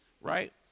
right